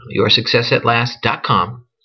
yoursuccessatlast.com